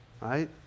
Right